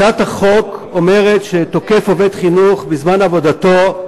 הצעת החוק אומרת שתוקף עובד חינוך בזמן עבודתו,